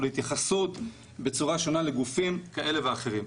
או להתייחסות בצורה שונה לגופים כאלה ואחרים.